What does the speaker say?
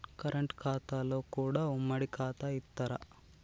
Current ఖాతాలో కూడా ఉమ్మడి ఖాతా ఇత్తరా?